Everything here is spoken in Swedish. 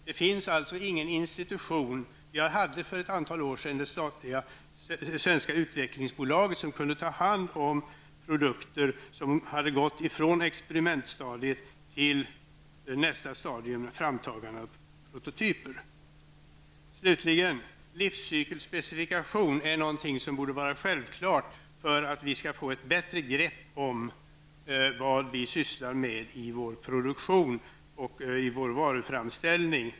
Det finns ingen institution -- för ett antal år sedan hade vi Utvecklingsbolaget -- som kan ta hand om produkter som gått från experimentstadiet till nästa stadium, framtagande av prototyper. Livscykelspecifikation är någonting som borde vara självklart för att vi skall få ett bättre grepp om vad vi sysslar med i vår produktion och i vår varuframställning.